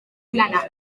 plana